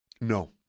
No